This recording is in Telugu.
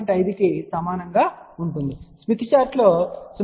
5 కి సమానంగా ఉంటుంది స్మిత్ చార్టులో 0